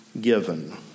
given